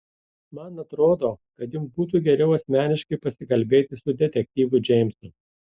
man atrodo kad jums būtų geriau asmeniškai pasikalbėti su detektyvu džeimsu